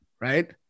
Right